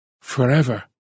Forever